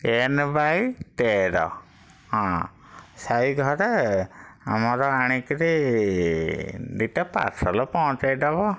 N ବାଇ ତେର ହଁ ସେଇ ଘରେ ଆମର ଆଣିକିରି ଦୁଇଟା ପାର୍ସଲ୍ ପହଞ୍ଚାଇ ଦବ